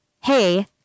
hey